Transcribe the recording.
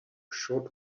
should